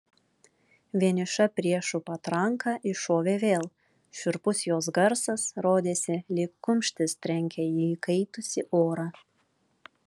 vieniša priešų patranka iššovė vėl šiurpus jos garsas rodėsi lyg kumštis trenkia į įkaitusį orą